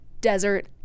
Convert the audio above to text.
Desert